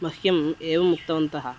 मह्यम् एवम् उक्तवन्तः